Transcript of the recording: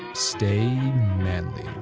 stay manly